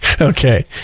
Okay